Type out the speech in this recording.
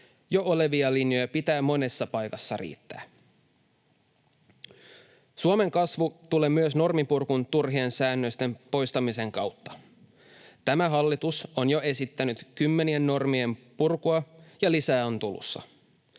Jo olevia linjoja pitää monessa paikassa riittää. Suomen kasvu tulee myös norminpurkuna turhien säännösten poistamisen kautta. Tämä hallitus on jo esittänyt kymmenien normien purkua, ja lisää on tulossa.